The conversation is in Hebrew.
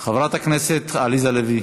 חברת הכנסת עליזה לביא,